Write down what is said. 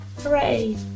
hooray